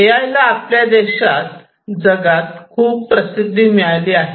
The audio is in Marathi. ए आय ला आपल्या देशात जगात खूप प्रसिद्धी मिळाली आहे